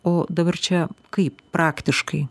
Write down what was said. o dabar čia kaip praktiškai